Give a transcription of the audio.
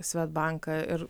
svedbank ir